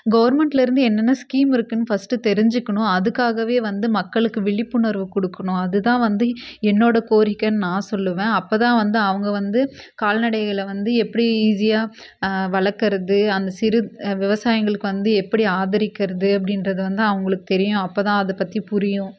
கவர்மெண்ட்லேருந்து என்னென்ன ஸ்கீம் இருக்குதுன்னு ஃபஸ்ட்டு தெரிஞ்சுக்குணும் அதுக்காகவே வந்து மக்களுக்கு விழிப்புணர்வு கொடுக்குணும் அதுதான் வந்து என்னோட கோரிக்கைனு நான் சொல்லுவேன் அப்போ தான் வந்து அவங்க வந்து கால்நடைகளை வந்து எப்படி ஈஸியாக வளர்க்கறது அந்த சிறு விவசாயிகளுக்கு வந்து எப்படி ஆதரிக்கிறது அப்படின்றது வந்து அவங்களுக்கு தெரியும் அப்போ தான் அதை பற்றி புரியும்